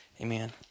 Amen